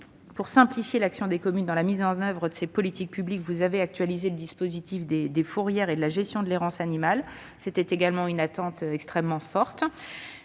Pour simplifier l'action des communes dans la mise en oeuvre de cette politique publique, vous avez actualisé le dispositif des fourrières et de la gestion de l'errance animale. C'était également une attente extrêmement forte.